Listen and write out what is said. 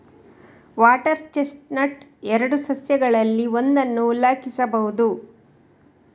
water chestnut ಎರಡು ಸಸ್ಯಗಳಲ್ಲಿ ಒಂದನ್ನು ಉಲ್ಲೇಖಿಸಬಹುದು